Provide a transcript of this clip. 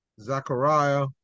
Zachariah